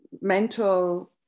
mental